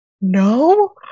no